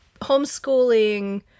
homeschooling